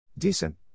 decent